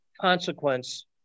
consequence